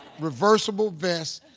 reversible vest,